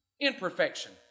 imperfection